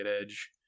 edge